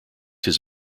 his